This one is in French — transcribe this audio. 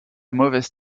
mauvaise